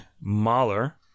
Mahler